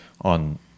on